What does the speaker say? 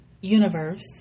universe